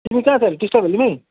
तिमी कहाँ छौ अहिले टिस्टाभेल्लीमै